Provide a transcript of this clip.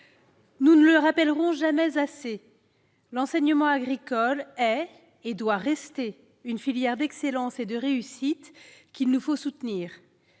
Nous ne le rappellerons jamais assez, l'enseignement agricole est et doit rester une filière d'excellence et de réussite qu'il nous faut soutenir.